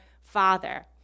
father